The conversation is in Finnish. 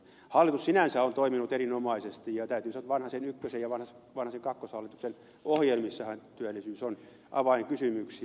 hallitus sinänsä on toiminut erinomaisesti ja täytyy sanoa että vanhasen ykkösen ja vanhasen kakkoshallituksen ohjelmissahan työllisyys on avainkysymyksiä